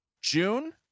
June